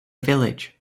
village